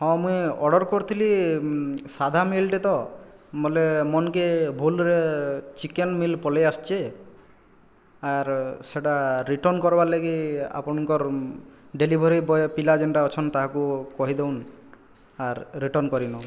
ହଁ ମୁଇଁ ଏଇ ଅର୍ଡ଼ର କରିଥିଲି ସାଧା ମିଲ୍ଟେ ତ ମଲେ ମୋନ୍କେ ଭୁଲରେ ଚିକେନ ମିଲ୍ ପଲେ ଆସ୍ଛେ ଆର୍ ସେଟା ରିଟର୍ନ କର୍ବାର୍ ଲାଗି ଆପଣଙ୍କର୍ ଡିଲେଭରି ବଏ ପିଲା ଯେନ୍ଟା ଅଛନ୍ ତାହାକୁ କହିଦଉନ୍ ଆର୍ ରିଟର୍ନ କରି ନେଉ